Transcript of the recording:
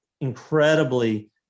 incredibly